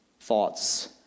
thoughts